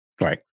Right